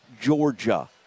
Georgia